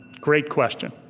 great question.